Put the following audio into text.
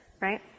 Right